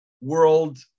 world